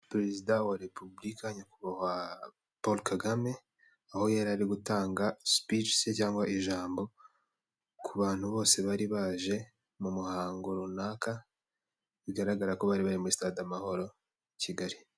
Perezida wa Repubulika Nyakubahwa Paul KAGAME, aho yar’ari gutanga speech se cyangwa ijambo ku bantu bose bari baje mu muhango runaka, bigaragara ko bari bari muri stade amahoro Kigali.